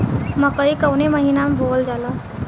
मकई कवने महीना में बोवल जाला?